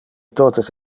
totes